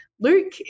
Luke